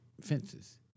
fences